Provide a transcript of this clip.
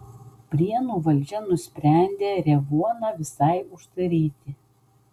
prienų valdžia nusprendė revuoną visai uždaryti